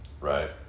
right